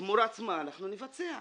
תמורת מה אנחנו נבצע.